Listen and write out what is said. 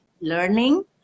Learning